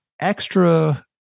extra